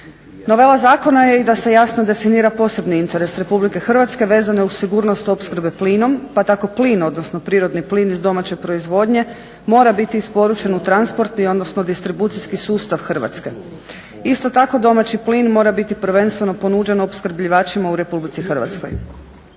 Novela zakona je i da se jasno definira posebni interes RH vezane uz sigurnost opskrbe plinom pa tako plin, odnosno prirodni plin iz domaće proizvodnje mora biti isporučen u transport odnosno distribucijski sustav Hrvatske. Isto tako domaći plin mora biti prvenstveno ponuđen opskrbljivačima u RH.